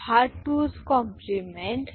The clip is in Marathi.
हा 2s कॉम्प्लिमेंट 2s compliment